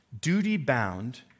Duty-bound